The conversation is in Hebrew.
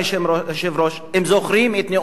אם זוכרים את נאומו של ראש הממשלה,